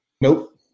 Nope